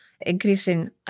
increasing